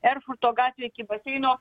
erfurto gatvėj iki baseino